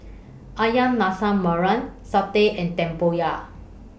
Ayam Masak Merah Satay and Tempoyak